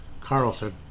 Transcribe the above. carlson